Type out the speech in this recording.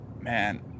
Man